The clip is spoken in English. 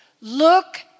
Look